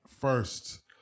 first